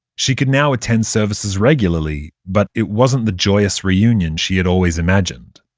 she could now attend services regularly. but it wasn't the joyous reunion she had always imagined.